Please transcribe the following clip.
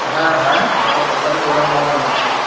হ্যাঁ হ্যাঁ আমাদের কোম্পানির গোডাউন মহকাল মার্কেটে